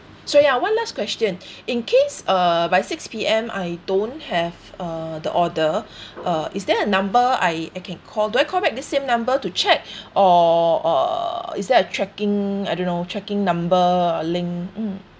so ya one last question in case err by six P_M I don't have uh the order uh is there a number I I can call do I call back this same number to check or uh is there a tracking I don't know tracking number a link mm